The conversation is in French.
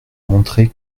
montrer